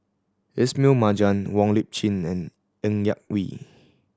Ismail Marjan Wong Lip Chin and Ng Yak Whee